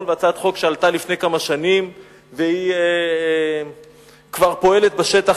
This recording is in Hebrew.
והצעת חוק שעלתה לפני כמה שנים והיא כבר פועלת בשטח,